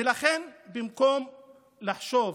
ולכן במקום לחשוב